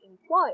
employed